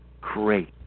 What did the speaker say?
Great